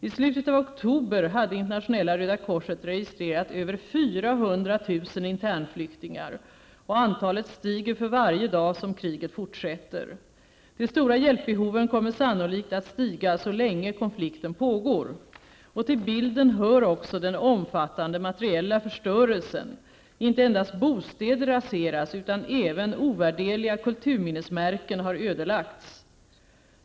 I slutet av oktober hade internationella Röda korset registrerat över 400 000 internflyktingar och antalet stiger för varje dag som kriget fortsätter. De stora hjälpbehoven kommer sannolikt att stiga så länge konflikten pågår. Till bilden hör också den omfattande materiella förstörelsen. Inte endast bostäder raseras utan även ovärderliga kulturminnesmärken har ödelagts.